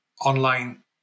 online